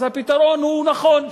אז הפתרון הוא נכון,